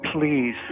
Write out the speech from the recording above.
Please